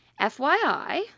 FYI